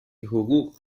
حقوق